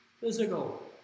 physical